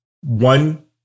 One